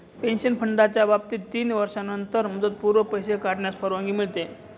pension फंडाच्या बाबतीत तीन वर्षांनंतरच मुदतपूर्व पैसे काढण्यास परवानगी मिळते